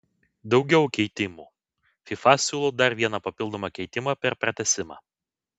daugiau keitimų fifa siūlo dar vieną papildomą keitimą per pratęsimą